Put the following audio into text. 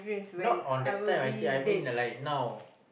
not on that type I think I mean the like now